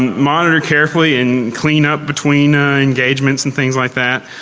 monitor carefully and clean up between engagements, and things like that.